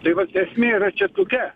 tai vat esmė yra čia tokia